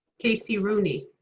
casey rooney.